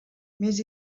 més